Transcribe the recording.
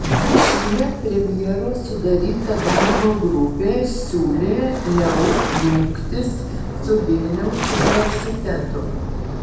šįmet premjero sudaryta darbo grupė siūlė leu jungtis su vilniaus universitetu